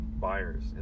buyers